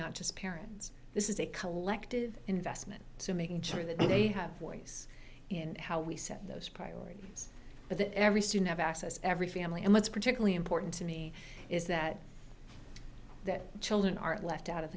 not just parents this is a collective investment so making sure that they have ways in how we set those priorities but that every student have access every family and what's particularly important to me is that that children aren't left out of